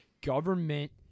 government